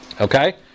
Okay